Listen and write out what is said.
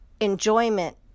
enjoyment